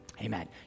Amen